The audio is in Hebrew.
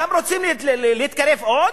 גם רוצים להתקרב עוד?